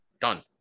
done